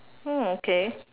oh okay